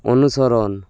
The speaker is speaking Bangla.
অনুসরণ